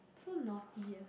so naughty ah